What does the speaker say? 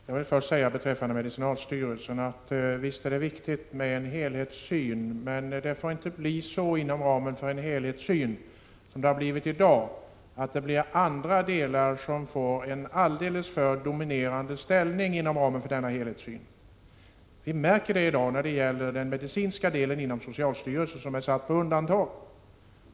Herr talman! Beträffande medicinalstyrelsen vill jag först säga, att visst är det viktigt med en helhetssyn, men inom ramen för en helhetssyn får det inte bli som det är i dag, nämligen att andra delar får en alldeles för dominerande ställning. Vi märker det i dag inom den medicinska delen av socialstyrelsen som är satt på undantag.